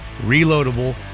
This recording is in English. reloadable